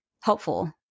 helpful